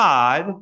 God